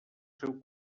seu